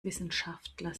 wissenschaftler